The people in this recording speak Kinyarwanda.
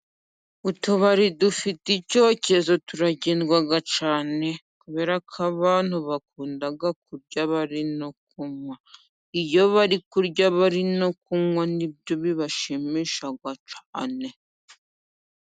Utubari dufite icyokezo turagendwa cyane ,kuberako abantu bakunda kurya bari no kunywa, iyo bari kurya bari no kunywa n'ibyo bibashimisha cyane.